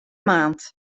maand